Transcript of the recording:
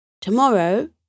Tomorrow